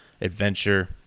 Adventure